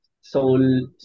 soul